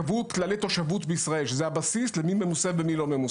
קבעו כללי תושבות בישראל, שזה הבסיס למי ממוסה